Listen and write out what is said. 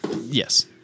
Yes